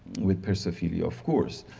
with persophilia of course.